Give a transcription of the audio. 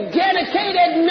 dedicated